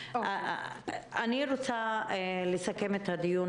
אני רוצה לסכם את הדיון.